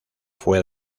fue